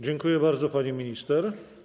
Dziękuję bardzo, pani minister.